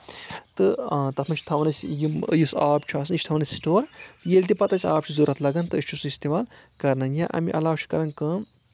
تہٕ تَتھ منٛز چھِ تھاوان أسۍ یِم یُس آب چھُ آسان یہِ چھِ تھاوان أسۍ سٹور ییٚلہِ تہِ پَتہٕ اَسہِ آب چھِ ضوٚرَتھ لَگَان تہٕ أسۍ چھِ سُہ اِستعمال کَران یا اَمہِ علاوٕ چھُ کران کٲم